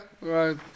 right